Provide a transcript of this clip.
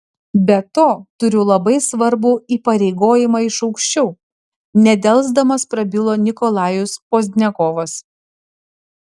be to turiu labai svarbų įpareigojimą iš aukščiau nedelsdamas prabilo nikolajus pozdniakovas